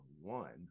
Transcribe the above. One